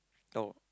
oh